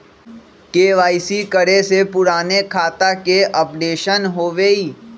KYC करें से पुराने खाता के अपडेशन होवेई?